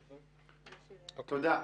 תודה.